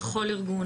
בכל ארגון,